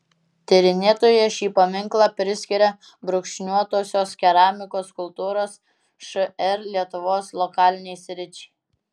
tyrinėtoja šį paminklą priskiria brūkšniuotosios keramikos kultūros šr lietuvos lokalinei sričiai